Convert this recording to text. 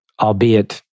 albeit